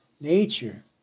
nature